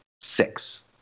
six